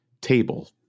table